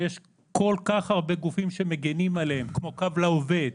שיש כל כך הרבה גופים שמגנים עליהם כמו קו לעובד,